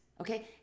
Okay